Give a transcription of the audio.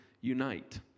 unite